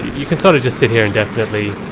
you can sort of just sit here indefinitely.